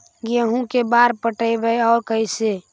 गेहूं के बार पटैबए और कैसे?